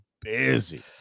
busy